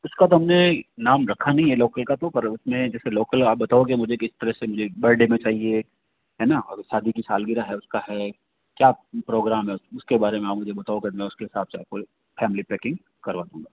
उसका तो हमने नाम रखा नहीं है लोकल का तो पर उसमें जैसे लोकल आप बताओगे मुझे किस तरह से मुझे बर्थडे में चाहिए है ना शादी की सालगिरह है उसका है क्या प्रोग्राम है उसके बारे में आप मुझे बताओ तो फिर मैं उसके हिसाब से आपकी फ़ैमिली पैकिंग करवा दूंगा